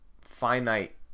finite